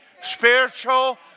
spiritual